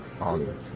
on